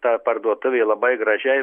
ta parduotuvė labai gražiai